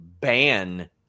ban